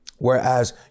Whereas